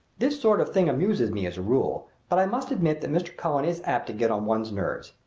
this sort of thing amuses me, as a rule but i must admit that mr. cullen is apt to get on one's nerves.